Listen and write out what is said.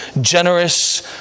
generous